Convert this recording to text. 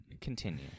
continue